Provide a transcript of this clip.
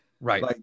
Right